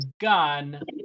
gun